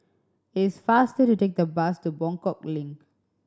it's faster to take the bus to Buangkok Link